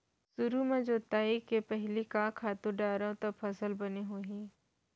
सुरु म जोताई के पहिली का खातू डारव त फसल बने होही?